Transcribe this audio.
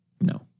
No